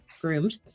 groomed